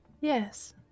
Yes